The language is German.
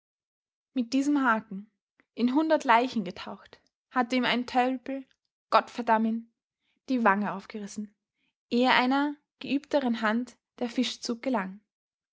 mit diesem haken in hundert leichen getaucht hatte ihm ein tölpel gott verdamm ihn die wange aufgerissen ehe einer geübteren hand der fischzug gelang